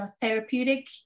therapeutic